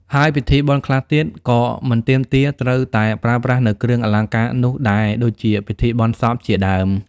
ហើ់យពិធីបុណ្យខ្លះទៀតក៏មិនទាមទារត្រូវតែប្រើប្រាស់នូវគ្រឿងអលង្ការនោះដែរដូចជា ពិធីបុណ្យសព្វជាដើម។